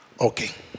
Okay